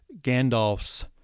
Gandalf's